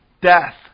death